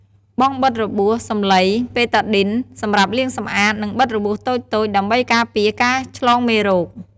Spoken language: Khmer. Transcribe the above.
បង់បិទរបួស សំឡី បេតាឌីន សម្រាប់លាងសម្អាត និងបិទរបួសតូចៗ ដើម្បីការពារការឆ្លងមេរោគ។